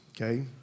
okay